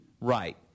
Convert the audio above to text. Right